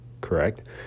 correct